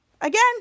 again